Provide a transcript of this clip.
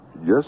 Yes